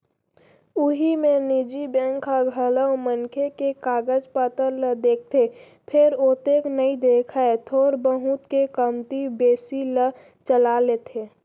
उही मेर निजी बेंक ह घलौ मनखे के कागज पातर ल देखथे फेर ओतेक नइ देखय थोर बहुत के कमती बेसी ल चला लेथे